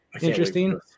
interesting